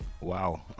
wow